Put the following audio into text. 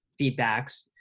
feedbacks